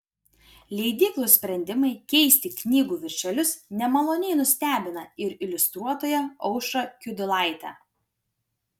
leidyklų sprendimai keisti knygų viršelius nemaloniai nustebina ir iliustruotoją aušrą kiudulaitę